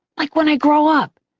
like when i grow up,